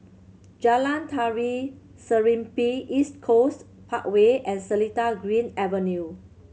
Jalan Tari Serimpi East Coast Parkway and Seletar Green Avenue